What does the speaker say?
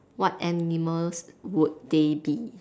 what animals would they be